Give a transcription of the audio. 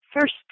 first